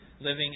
living